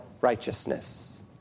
righteousness